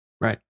Right